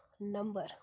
number